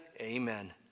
Amen